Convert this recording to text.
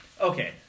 Okay